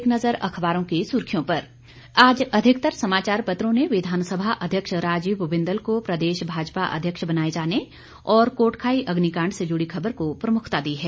एक नज़र अखबारों की सुर्खियों पर आज अधिकतर समाचार पत्रों ने विधानसभा अध्यक्ष राजीव बिंदल को प्रदेश भाजपा अध्यक्ष बनाए जाने और कोटखाई अग्निकांड से जुड़ी खबर को प्रमुखता दी है